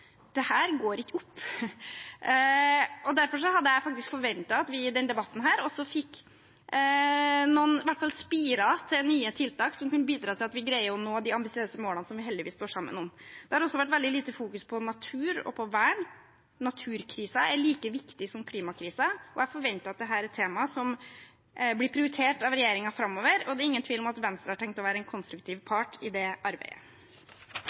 går ikke opp. Derfor hadde jeg faktisk forventet at vi i denne debatten også fikk noen – i hvert fall noen spirer til nye tiltak som kan bidra til at vi greier å nå de ambisiøse målene som vi heldigvis står sammen om. Det har også vært veldig lite fokus på natur og på vern. Naturkrisen er like viktig som klimakrisen, og jeg forventer at dette er et tema som blir prioritert av regjeringen framover, og det er ingen tvil om at Venstre har tenkt å være en konstruktiv part i det arbeidet.